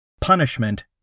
punishment